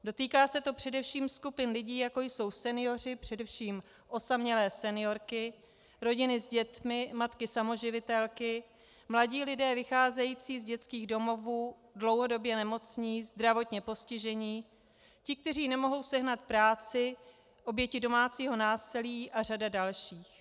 Dotýká se to především skupin lidí, jako jsou senioři, především osamělé seniorky, rodiny s dětmi, matky samoživitelky, mladí lidé vycházející z dětských domovů, dlouhodobě nemocní, zdravotně postižení, ti, kteří nemohou sehnat práci, oběti domácího násilí a řada dalších.